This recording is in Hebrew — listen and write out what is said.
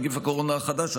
נגיף הקורונה החדש),